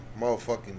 motherfucking